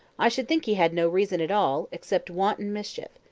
i should think he had no reason at all except wanton mischief.